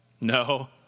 No